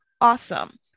awesome